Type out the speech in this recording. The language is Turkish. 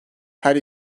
her